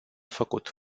făcut